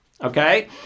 Okay